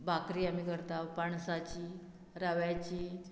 भाकरी आमी करता पाणसाची रव्याची